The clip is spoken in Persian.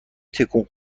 تکون